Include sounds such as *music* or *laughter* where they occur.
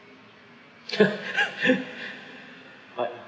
*laughs* but